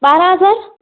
ॿारहं हज़ार